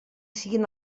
siguin